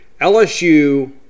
LSU